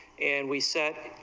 and we said,